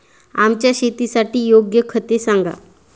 आमच्या शेतासाठी योग्य खते सांगा